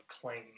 claim